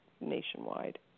nationwide